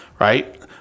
Right